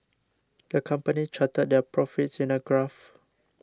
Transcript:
the company charted their profits in a graph